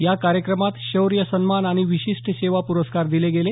या कार्रक्रमात शौर्थ सन्मान आणि विशिष्ट सेवा प्रस्कार दिले गेले